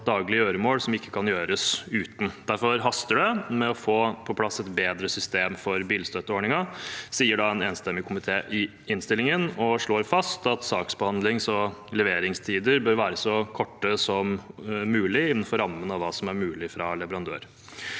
daglige gjøremål som ikke kan gjøres uten. Derfor haster det å få på plass et bedre system for bilstøtteordningen – det skriver en enstemmig komité i innstillingen. Man slår også fast at saksbehandlings- og leveringstider bør være så korte som mulig, innenfor rammen av hva som er mulig for leverandøren.